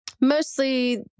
Mostly